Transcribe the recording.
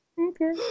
okay